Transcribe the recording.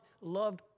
loved